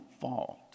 fault